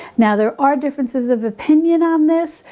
now there are differences of opinion on this.